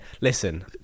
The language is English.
Listen